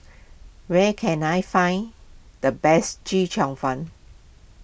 where can I find the best Chee Cheong Fun